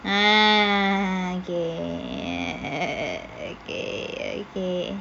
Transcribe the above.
ah okay okay okay